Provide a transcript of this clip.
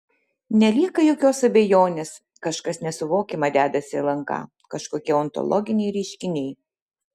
nelieka jokios abejonės kažkas nesuvokiama dedasi lnk kažkokie ontologiniai reiškiniai